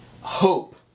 hope